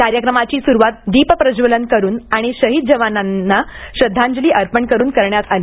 कार्यक्रमाची सुरुवात दीपप्रज्वलन करुन आणि शहीद जवानांना श्रध्दांजली अर्पण करुन करण्यात आली